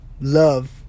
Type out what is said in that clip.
Love